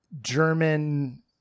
German